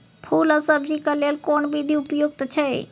फूल आ सब्जीक लेल कोन विधी उपयुक्त अछि?